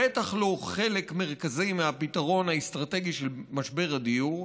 בטח לא חלק מרכזי מהפתרון האסטרטגי של משבר הדיור,